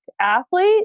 athlete